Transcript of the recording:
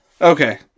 Okay